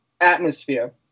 atmosphere